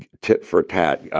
tit for tat,